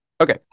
okay